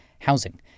housing